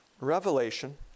Revelation